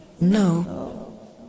No